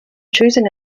choosing